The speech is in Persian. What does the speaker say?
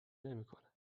نمیکنه